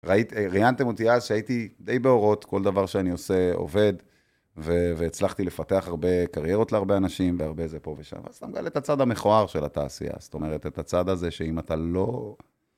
ראיתם, ראיינתם אותי אז שהייתי די באורות, כל דבר שאני עושה עובד, והצלחתי לפתח הרבה קריירות להרבה אנשים, והרבה זה פה ושם, וסתם גם את הצד המכוער של התעשייה, זאת אומרת, את הצד הזה שאם אתה לא...